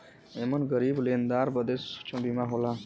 एमन गरीब लेनदार बदे सूक्ष्म बीमा होला